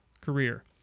career